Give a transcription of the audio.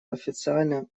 официально